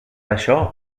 això